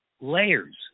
layers